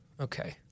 Okay